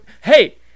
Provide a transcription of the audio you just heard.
Hey